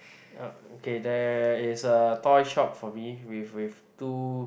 (uh)okay there is a toy shop for me with with two